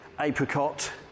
Apricot